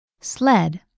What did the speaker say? sled